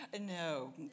No